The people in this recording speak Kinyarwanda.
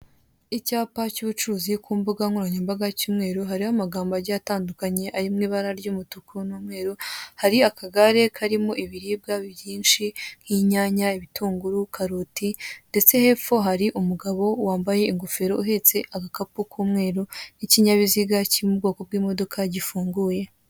Icyapa cy'ubucuruzi ku mbuga nkoranyambaga cy'umweru hariho amagambo agiye atandukanye ari mu ibara ry'umutuku n'umweru hari akagare karimo ibiribwa byinshi nk'inyanya, ibitunguru ,karoti ndetse hepfo hari umugabo wambaye ingoferi uhetse agakapu k'umweru n'ikinyabiziga kiri mu bwoko bw'imodoka gifunguye